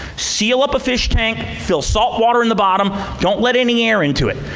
seal up a fish-tank, fill saltwater in the bottom, don't let any air into it.